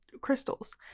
crystals